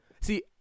See